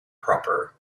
proper